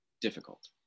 difficult